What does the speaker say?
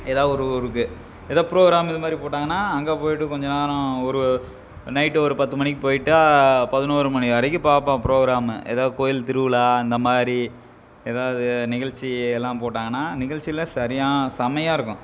ஏதாவது ஒரு ஊருக்கு எதாவது ப்ரோக்ராம் இது மாதிரி போட்டாங்கன்னால் அங்கேப் போய்விட்டு கொஞ்ச நேரம் ஒரு நைட்டு ஒரு பத்து மணிக்கு போய்விட்டா பதினோரு மணி வரைக்கும் பார்ப்போம் ப்ரோக்ராமு ஏதாவது கோயில் திருவிழா இந்த மாதிரி ஏதாவது நிகழ்ச்சி எல்லாம் போட்டாங்கன்னால் நிகழ்ச்சில்லாம் சரியாக செமையாக இருக்கும்